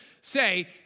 say